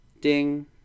Ding